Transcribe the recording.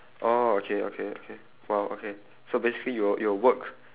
orh okay okay okay !wow! okay so basically you you'll work